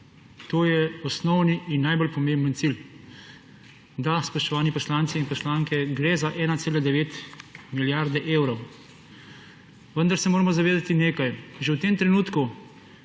To je osnovni in najbolj pomemben cilj. Da, spoštovani poslanci in poslanke, gre za 1,9 milijarde evrov, vendar se moramo zavedati nekaj. Že v tem trenutku